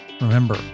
Remember